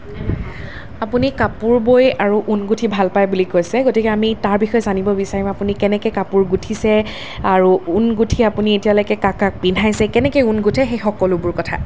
আপুনি কাপোৰ বৈ আৰু ঊন গুঠি ভাল পায় বুলি কৈছে গতিকে আমি তাৰ বিষয়ে জানিব বিচাৰিম আপুনি কেনেকৈ কাপোৰ গুঠিছে আৰু ঊন গুঠি আপুনি এতিয়ালৈকে কাক কাক পিন্ধাইছে কেনেকৈ ঊন গুঠে সেই সকলোবোৰ কথা